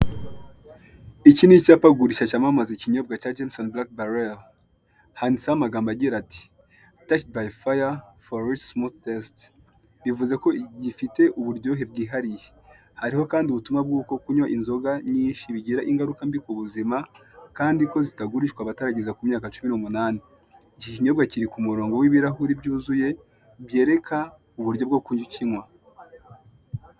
Iki ni icyapagurisha cyamamaza ikinyobwa cya jinisoni bafu bareya handitseho amagambo agira ati"tesite bayi faya fo riri simufu tesite" bivuze ko gifite uburyohe bwihariye hariho kandi ubutumwa bw'uko kunywa inzoga nyinshi bigira ingaruka mbi ku buzima kandi ko zitagurishwa abatararageza ku myaka cumi n'umunani. Iki kinyobwa kiri ku murongo w'ibirahuri byuzuye byereka uburyo bwo kukinywa.